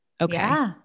Okay